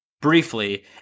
briefly